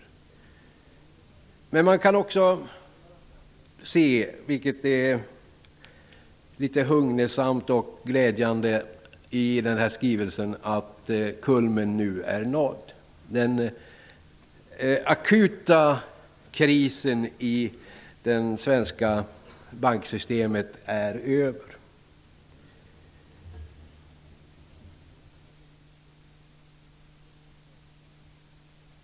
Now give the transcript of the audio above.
I skrivelsen kan man också se att kulmen är nådd, vilket är hugnesamt och glädjande. Den akuta krisen i det svenska banksystemet är över.